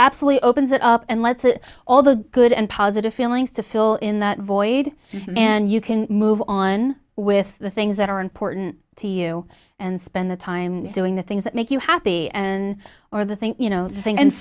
absolutely opens it up and lets it all the good and positive feelings to fill in that void and you can move on with the things that are important to you and spend the time doing the things that make you happy and or the thing you know